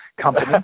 company